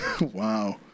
Wow